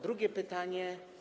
Drugie pytanie.